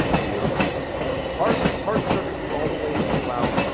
beautiful coach. hard hard surfaces all the way throughout.